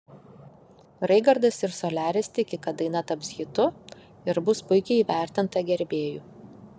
raigardas ir soliaris tiki kad daina taps hitu ir bus puikiai įvertinta gerbėjų